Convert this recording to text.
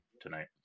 tonight